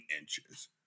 inches